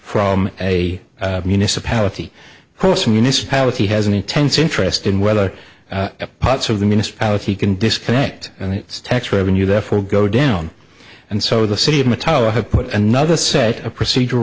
from a municipality cross municipality has an intense interest in whether parts of the municipality can disconnect and its tax revenue therefore go down and so the city of matal have put another set of procedur